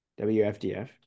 wfdf